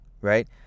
Right